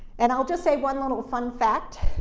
and i'll just say one little fun fact.